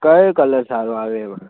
કયો કલર સારો આવે એમાં